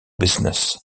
business